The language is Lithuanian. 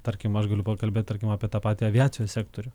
tarkim aš galiu pakalbėt tarkim apie tą patį aviacijos sektorių